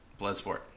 Bloodsport